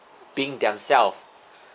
being themselves